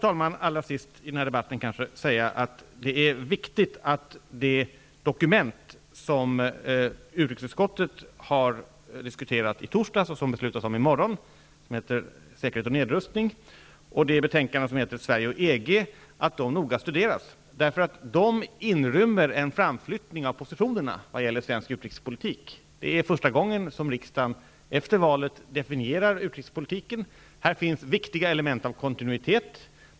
Jag vill till sist i denna debatt säga att det är viktigt att det dokument som utrikesutskottet diskuterade i torsdags och som det skall fattas beslut om i morgon, Säkerhet och nedrustning, och det betänkande som heter Sverige och EG, noga studeras. De inrymmer en framflyttning av positionerna när det gäller svensk utrikespolitik. Det är första gången efter valet som riksdagen definierar utrikespolitiken. Här finns viktiga element av kontinuitet.